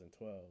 2012